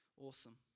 Awesome